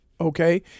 Okay